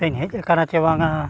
ᱛᱮᱧ ᱦᱮᱡ ᱟᱠᱟᱱᱟ ᱪᱮ ᱵᱟᱝᱟ